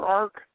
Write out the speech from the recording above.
ark